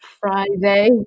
Friday